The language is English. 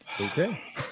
Okay